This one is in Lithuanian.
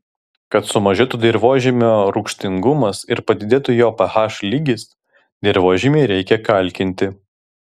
kad sumažėtų dirvožemio rūgštingumas ir padidėtų jo ph lygis dirvožemį reikia kalkinti